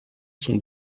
sont